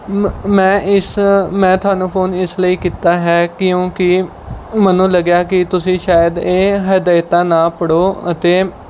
ਮੈਂ ਇਸ ਮੈਂ ਤੁਹਾਨੂੰ ਫ਼ੋਨ ਇਸ ਲਈ ਕੀਤਾ ਹੈ ਕਿਉਂਕੀ ਮੈਨੂੰ ਲੱਗਿਆ ਕਿ ਤੁਸੀਂ ਸ਼ਾਇਦ ਇਹ ਹਿਦਾਇਤਾਂ ਨਾ ਪੜ੍ਹੋ ਅਤੇ